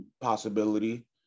possibility